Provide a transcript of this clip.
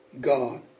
God